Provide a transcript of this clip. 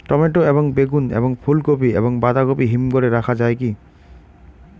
Tomato এবং বেগুন এবং ফুলকপি এবং বাঁধাকপি হিমঘরে রাখা যায় কি?